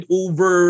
over